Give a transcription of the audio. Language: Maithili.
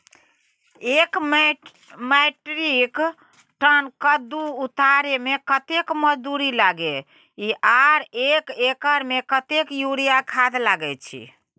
एक मेट्रिक टन कद्दू उतारे में कतेक मजदूरी लागे इ आर एक एकर में कतेक यूरिया खाद लागे छै?